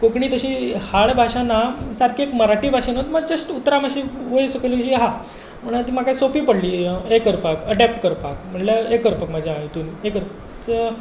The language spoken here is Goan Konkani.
कोंकणी तशी हाड भाशा ना सारकी एक मराठी भाशेनूच जस्ट उतरां मातशीं वयर सकयल अशी आसा पूण म्हाका ती सोपीं पडली हें करपाक एडेप्ट करपाक म्हणल्यार हें करपाक म्हज्या हातून हें करपाक